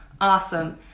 Awesome